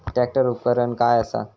Tractor उपकरण काय असा?